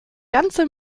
ganze